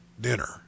dinner